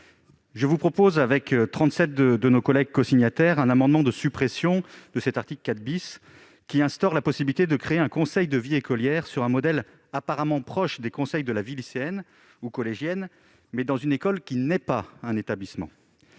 Je défends, avec trente-sept collègues cosignataires, un amendement de suppression de l'article 4 qui instaure la possibilité de créer un conseil de la vie écolière sur un modèle apparemment proche des conseils de la vie lycéenne ou collégienne, mais dans une école, qui n'est pas un établissement.